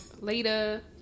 Later